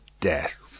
death